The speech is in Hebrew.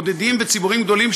בודדים וציבורים גדולים,